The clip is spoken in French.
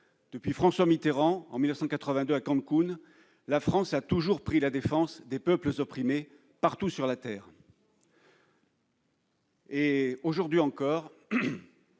depuis François Mitterrand en 1982 à Cancún, la France a toujours pris la défense des peuples opprimés partout sur la Terre. Aujourd'hui encore,